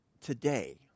Today